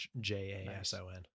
J-A-S-O-N